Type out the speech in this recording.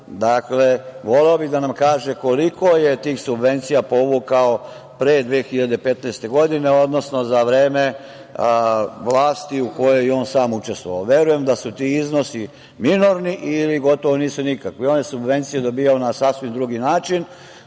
partnera. Voleo bih da nam kaže koliko je tih subvencija povukao pre 2015. godine, odnosno za vreme vlasti u kojoj je on sam učestvovao. Verujem da su ti iznosi minorni ili gotovo nisu nikakvi. On je subvencije dobijao na sasvim drugi način.